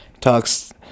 talks